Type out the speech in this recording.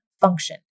function